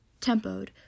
tempoed